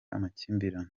amakimbirane